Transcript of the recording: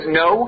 no